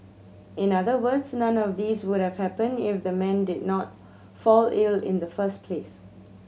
in other words none of these would have happened if the man did not fall ill in the first place